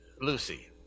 Lucy